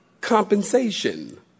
compensation